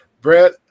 brett